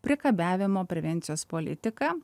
priekabiavimo prevencijos politiką